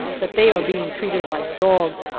that they are being treated like dogs,